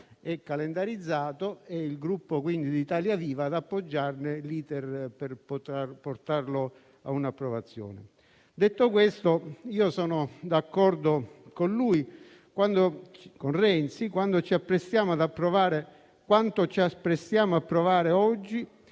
calendarizzato, e il Gruppo Italia Viva ad appoggiarne l'*iter* per portarlo all'approvazione. Detto questo, sono d'accordo con il senatore Renzi: quanto ci apprestiamo ad approvare oggi